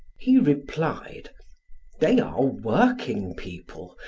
he replied they are working-people.